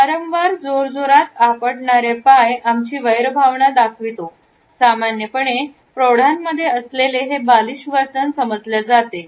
वारंवार जोरजोरात आपटणाऱ्या पाय आमची वैरभावना दाखवितो सामान्यपणे प्रौढांमध्ये असलेले हे बालिश वर्तन समजल्या जाते